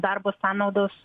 darbo sąnaudos